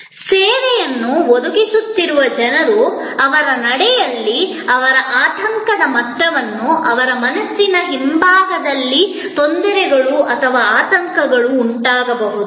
ಸೇವೆಯನ್ನು ಒದಗಿಸುತ್ತಿರುವ ಜನರು ಅವರ ನಡೆಯಲ್ಲಿ ಅವರ ಆತಂಕದ ಮಟ್ಟದಲ್ಲಿ ಅವರ ಮನಸ್ಸಿನ ಹಿಂಭಾಗದಲ್ಲಿ ತೊಂದರೆಗಳು ಅಥವಾ ಆತಂಕಗಳು ಉಂಟಾಗಬಹುದು